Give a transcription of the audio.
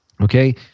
Okay